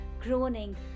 groaning